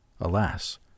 Alas